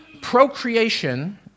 Procreation